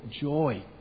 joy